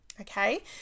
Okay